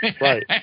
Right